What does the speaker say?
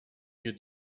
mir